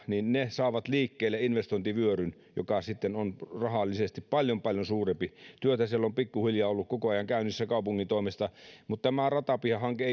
saavat liikkeelle investointivyöryn joka sitten on rahallisesti paljon paljon suurempi työtä siellä on pikkuhiljaa ollut koko ajan käynnissä kaupungin toimesta mutta tämä ratapihahanke